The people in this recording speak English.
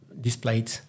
displayed